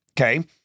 okay